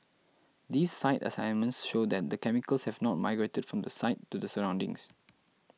these site assessments show that the chemicals have not migrated from the site to the surroundings